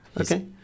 Okay